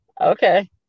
Okay